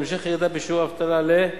על המשך הירידה בשיעור האבטלה ל-?